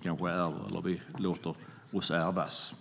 kanske ärver eller låter oss ärvas.